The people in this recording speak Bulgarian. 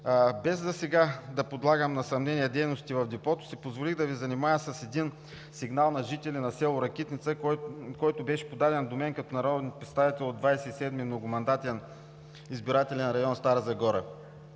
Без да подлагам на съмнение дейностите в депото, си позволих да Ви запозная с един сигнал на жители на село Ракитница, който беше подаден до мен като народен представител от Двадесет и седми многомандатен избирателен район – Старозагорски.